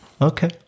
Okay